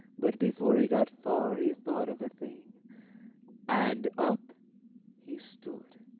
but before he got far, he thought of a thing and up he stood,